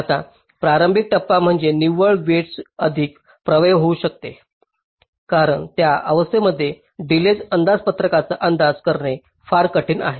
आता प्रारंभिक टप्पा म्हणजे निव्वळ वेईटस अधिक प्रभावी होऊ शकते कारण त्या अवस्थेमध्ये डिलेज अंदाजपत्रकाचा अंदाज करणे फार कठीण आहे